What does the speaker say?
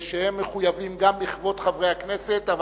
שהם מחויבים גם בכבוד חברי הכנסת אבל